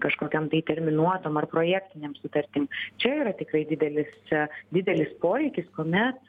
kažkokiom tai terminuotom ar projektinėm sutartim čia yra tikrai didelis čia didelis poreikis kuomet